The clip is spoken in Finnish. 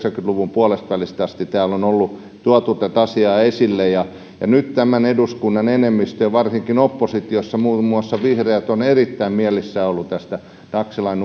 puolestavälistä asti täällä on tuotu tätä asiaa esille ja nyt tämän eduskunnan enemmistö ja varsinkin oppositiossa muun muassa vihreät ovat erittäin mielissään olleet tästä taksilain